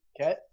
Okay